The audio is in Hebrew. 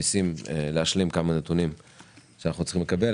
בדיון הקודם ביקשנו מרשות המסים להשלים כמה נתונים שהיינו צריכים לקבל.